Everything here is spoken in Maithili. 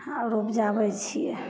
आओर उपजाबै छिए